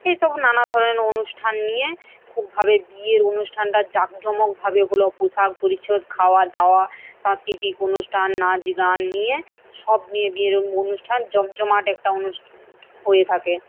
এসব নানা ধরনের অনুষ্ঠান নিয়ে খুবভাবে বিয়ের অনুষ্ঠানটা জাঁকজমকভাবে হল পোশাক পরিচ্ছদ খাওয়া দাওয়া সাংস্কৃতিক অনুষ্ঠান নাচ গান নিয়ে সব নিয়ে বিয়ের অনুষ্ঠান জমজমাট একটা অনুস হয়ে থাকে